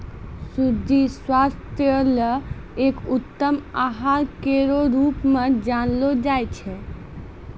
सूजी स्वास्थ्य ल एक उत्तम आहार केरो रूप म जानलो जाय छै